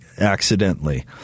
accidentally